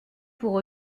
pour